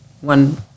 one